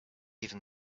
even